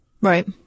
Right